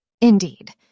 Indeed